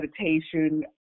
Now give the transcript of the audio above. meditation